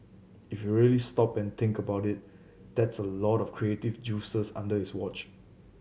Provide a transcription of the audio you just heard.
if you really stop and think about it that's a lot of creative juices under his watch